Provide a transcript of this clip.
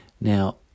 Now